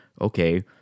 okay